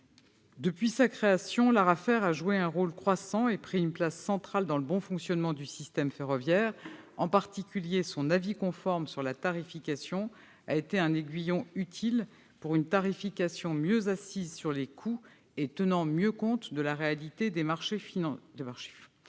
Depuis sa création, cette autorité a joué un rôle croissant et pris une place centrale dans le bon fonctionnement du système ferroviaire. En particulier, son avis conforme sur la tarification a été un aiguillon utile pour un régime de prix mieux assis sur les coûts et tenant mieux compte de la réalité des marchés ferroviaires.